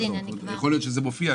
יכול להיות שזה מופיע.